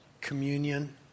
communion